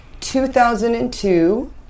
2002